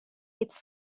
its